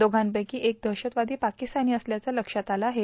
दोषपैकी एक दहशतवादी पाकिस्तानी असल्याचं लक्षात आलं आहे